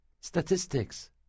statistics